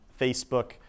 Facebook